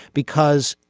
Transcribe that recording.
because,